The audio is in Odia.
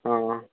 ହଁ ହଁ